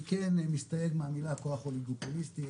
אני כן מסתייג מהמילה כוח אוליגופוליסטי,